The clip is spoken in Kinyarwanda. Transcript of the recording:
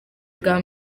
bwa